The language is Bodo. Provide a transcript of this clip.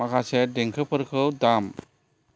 माखासे देंखोफोरखौ दाम